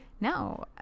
No